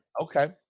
Okay